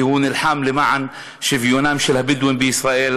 כי הוא נלחם למען שוויון לבדואים בישראל.